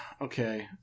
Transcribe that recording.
Okay